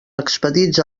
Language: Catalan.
expedits